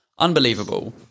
unbelievable